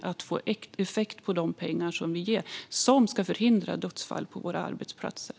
Det handlar om att få effekt för de pengar som vi ger och som ska förhindra dödsfall på våra arbetsplatser.